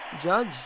Judge